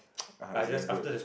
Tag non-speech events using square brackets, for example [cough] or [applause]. [noise] it's damn good